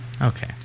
Okay